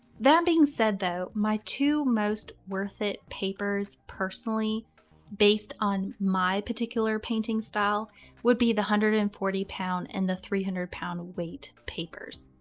that being said, though, my two most worth it papers personally based on my particular painting style would be the one hundred and forty lb and the three hundred lb weight papers.